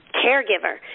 caregiver